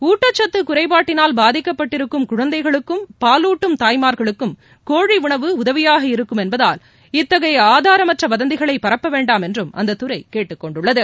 ஊட்டச்சத்துகுறைபாட்டினால் பாதிக்கப்பட்டிருக்கும் குழந்தைகளுக்கும் பாலூட்டும் தாய்மார்களுக்கும் கோழிஉணவு உதவியாக இருக்கும் என்பதால் இத்தகையஆதாரமற்றவதந்திகளைபரப்பவேண்டாம் என்றும் அந்ததுறைகேட்டுக்கொண்டுள்ளது